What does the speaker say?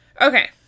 Okay